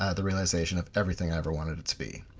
ah the realization of everything i ever wanted it to be.